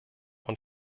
und